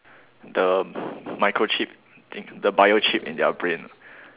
the microchip the bio chip in their brain